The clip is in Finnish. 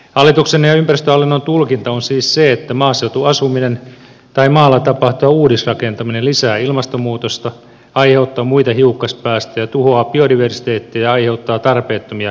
hallituksen ja ympäristöhallinnon tulkinta on siis se että maaseutuasuminen tai maalla tapahtuva uudisrakentaminen lisää ilmastomuutosta aiheuttaa muita hiukkaspäästöjä tuhoaa biodiversiteettiä ja aiheuttaa tarpeettomia yhdyskuntataloudellisia kustannuksia